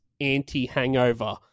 Anti-Hangover